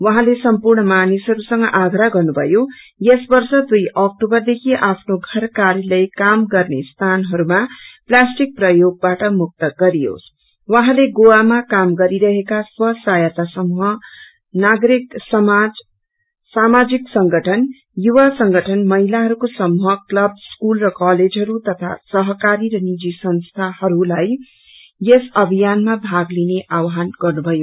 उहाँले सम्पूर्ण मानिसहरूसंग आग्रह गर्नुभयो यस वप्र दुई अक्टोबरदखि आफ्नो घर काय्पलय काम गर्ने सीनहरूमा प्लाष्टिक प्रयोगबाट मुक्त गरियोसं उहाँले गोवामा काम गरिरहेका स्व सहायता समह नागरिक समाज सामाजिक संगठन युवा संगठन महिलाहरूको समूह क्लब स्कूल र कलेजहरू तथा सहकारी र नीजि संस्थानहरूलाई यस अभियानमा भाग लिने आव्हान गर्नुभयो